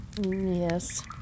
Yes